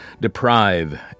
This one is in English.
Deprive